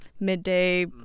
midday